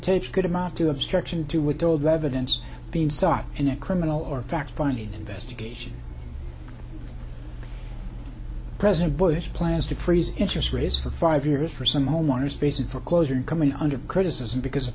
tapes could amount to obstruction to withhold evidence being sought in a criminal or fact finding investigation president bush plans to freeze interest rates for five years for some homeowners facing foreclosure and coming under criticism because of